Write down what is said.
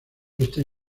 esta